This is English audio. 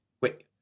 Wait